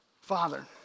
Father